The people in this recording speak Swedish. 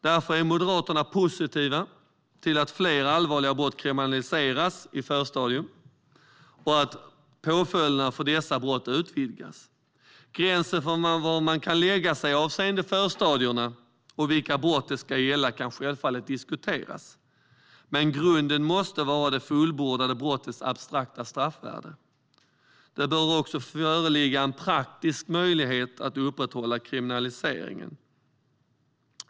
Därför är Moderaterna positiva till att fler allvarliga brott kriminaliseras i förstadiet och att påföljderna för dessa brott utvidgas. Gränsen för var man ska lägga sig avseende förstadierna och vilka brott de ska gälla kan självfallet diskuteras, men grunden måste vara det fullbordade brottets abstrakta straffvärde. Det bör också föreligga en praktisk möjlighet att upprätthålla kriminaliseringen.